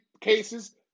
cases